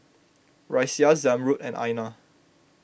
Raisya Zamrud and Aina